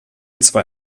zwei